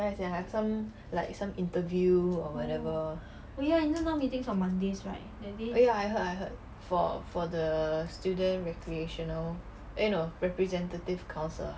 ya sia like some interview or whatever oh ya I heard I heard for for the student recreational eh no representative council ah